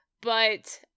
but-